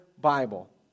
Bible